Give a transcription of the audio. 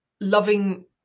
loving